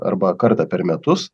arba kartą per metus